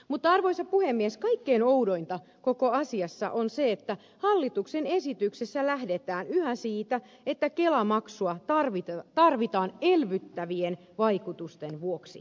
mutta arvoisa puhemies kaikkein oudointa koko asiassa on se että hallituksen esityksessä lähdetään yhä siitä että kelamaksua tarvitaan elvyttävien vaikutusten vuoksi